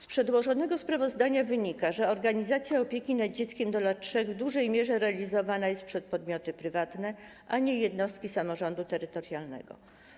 Z przedłożonego sprawozdania wynika, że organizacja opieki nad dziećmi do lat 3 w dużej mierze realizowana jest przez podmioty prywatne, a nie jednostki samorządu terytorialnego.